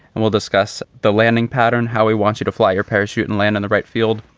and we'll discuss the landing pattern, how we want you to fly your parachute and land in the right field,